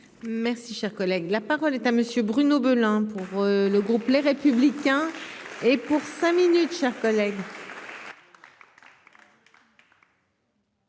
Merci, cher collègue, la parole est à monsieur Bruno Belin pour. Le groupe Les Républicains et pour cinq minutes chers collègues.